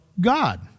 God